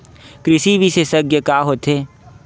कृषि विशेषज्ञ का होथे?